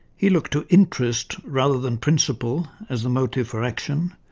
he looked to interest rather than principle as the motive for action,